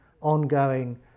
ongoing